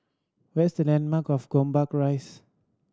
where is the landmark of Gombak Rise